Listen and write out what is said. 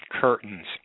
curtains